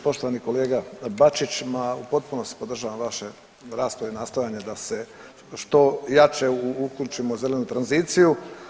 Poštovani kolega Bačić, ma u potpunosti podržavam vaše rasprave i nastojanje da se što jače uključimo u zelenu tranziciju.